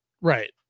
Right